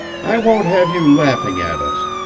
i won't have you laughing at us.